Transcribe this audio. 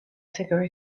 figure